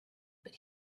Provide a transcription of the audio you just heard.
but